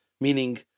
Meaning